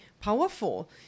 powerful